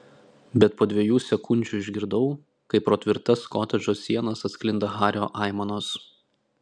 bet po dviejų sekundžių išgirdau kaip pro tvirtas kotedžo sienas atsklinda hario aimanos